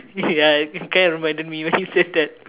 ya it kind of reminded me when you said that